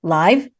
live